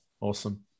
Awesome